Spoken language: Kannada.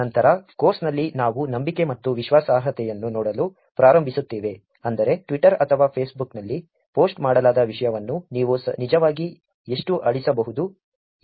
ನಂತರ ಕೋರ್ಸ್ನಲ್ಲಿ ನಾವು ನಂಬಿಕೆ ಮತ್ತು ವಿಶ್ವಾಸಾರ್ಹತೆಯನ್ನು ನೋಡಲು ಪ್ರಾರಂಭಿಸುತ್ತೇವೆ ಅಂದರೆ Twitter ಅಥವಾ Facebook ನಲ್ಲಿ ಪೋಸ್ಟ್ ಮಾಡಲಾದ ವಿಷಯವನ್ನು ನೀವು ನಿಜವಾಗಿ ಎಷ್ಟು ಅಳಿಸಬಹುದು